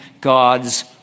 God's